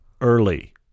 early